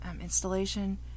installation